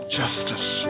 justice